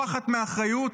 -- שבורחת מאחריות,